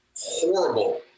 horrible